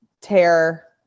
tear